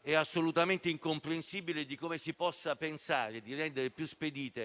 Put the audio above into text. È assolutamente incomprensibile come si possa pensare di rendere più spedite